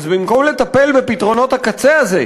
אז במקום לטפל בפתרונות הקצה הזה,